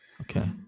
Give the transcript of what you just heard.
Okay